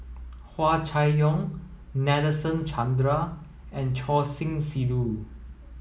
Hua Chai Yong Nadasen Chandra and Choor Singh Sidhu